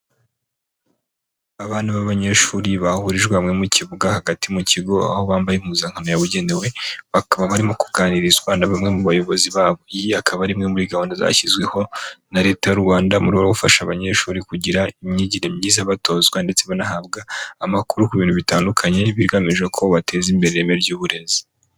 Abana b'abanyeshuri bahurijwe hamwe mu kibuga hagati mu kigo, aho bambaye impuzankano yabugenewe bakaba barimo kuganirizwa na bamwe mu bayobozi babo. Iyi akaba ari imwe muri gahunda zashyizweho na Leta y'u Rwanda mu rwego rwo gufasha abanyeshuri kugira imyigire myiza batozwa, ndetse banahabwa amakuru ku bintu bitandukanye bigamijeko bateza imbere ireme ry'uburezi.